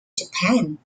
japan